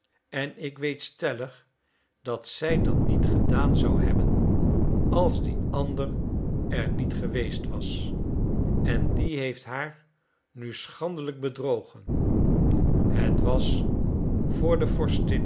en ik weet stellig dat zij dat niet gedaan zou hebben als die ander er niet geweest was en die heeft haar nu schandelijk bedrogen het was voor de vorstin